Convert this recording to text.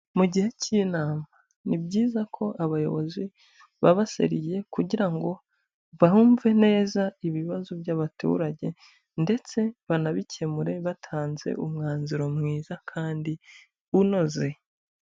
Mu gihe k'inama, ni byiza ko abayobozi baba seriye kugira ngo bumve neza ibibazo by'abaturage ndetse banabikemure, batanze umwanzuro mwiza kandi unoze.